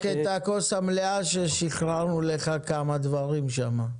את הכוס המלאה ששחררנו לך כמה דברים שם.